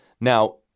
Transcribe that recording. Now